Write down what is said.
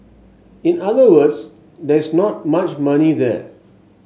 in other words there is not much money there